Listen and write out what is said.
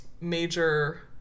major